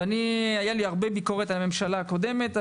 והייתה לי הרבה ביקורת על הממשלה הקודמת,